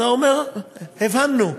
אז אתה אומר: הבנו.